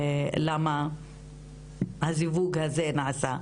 מדוע נעשה הזיווג הזה.